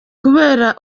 kubera